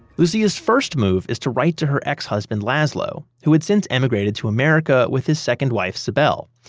lucia's first move is to write to her ex-husband laszlo, who had since emigrated to america with his second wife sibyl.